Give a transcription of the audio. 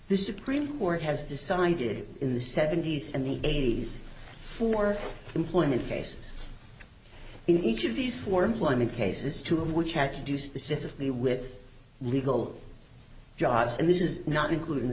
this supreme court has decided in the seventy's and the eighty's for employment cases in each of these four employment cases two of which had to do specifically with legal jobs and this is not including the